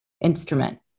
instrument